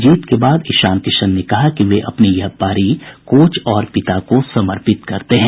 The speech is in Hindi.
जीत के बाद ईशान किशन ने कहा कि वे अपनी यह पारी कोच और पिता को समर्पित करते हैं